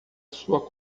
sua